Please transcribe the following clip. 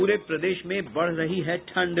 पूरे प्रदेश में बढ़ रही है ठंड